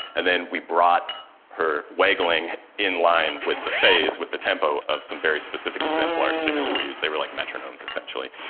and then we brought her waggling in line with the phase, with the tempo of some very specific exemplar stimuli we use, they were like metronomes essentially.